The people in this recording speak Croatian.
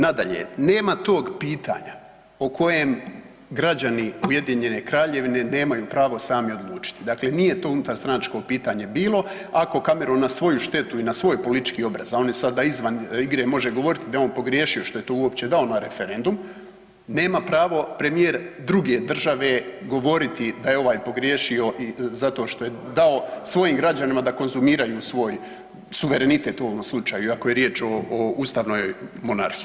Nadalje, nema tog pitanja o kojem građani UK nemaju pravo sami odlučiti, dakle nije to unutarstranačko pitanje bilo, ako Cameron na svoju štetu i na svoj politički obraz, a on je sada izvan igre može govoriti da je on pogriješio što je to uopće dao na referendum nema pravo premijer druge države govoriti da je ovaj pogriješio zato što je dao svojim građanima da konzumiraju svoj suverenitet u ovome slučaju iako je riječ o ustavnoj monarhiji.